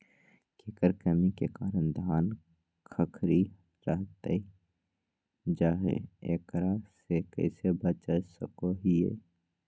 केकर कमी के कारण धान खखड़ी रहतई जा है, एकरा से कैसे बचा सको हियय?